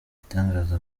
igitangaza